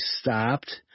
stopped